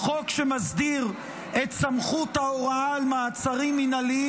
החוק שמסדיר את סמכות ההוראה על מעצרים מנהליים